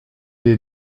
est